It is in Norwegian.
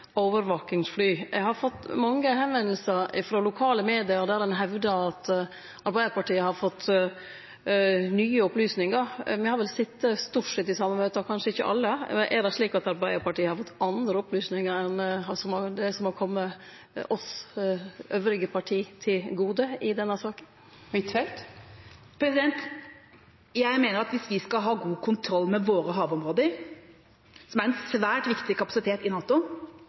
overvakingsfly? Eg har hatt kontakt med mange frå lokale medium som hevdar at Arbeidarpartiet har fått nye opplysningar. Me har vel stort sett sete i dei same møta, men kanskje ikkje alle. Er det slik at Arbeidarpartiet har fått andre opplysningar enn det dei andre partia har fått i denne saka? Jeg mener at hvis vi skal ha god kontroll med våre havområder, som er en svært viktig kapasitet i NATO,